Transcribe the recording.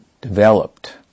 developed